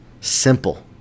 Simple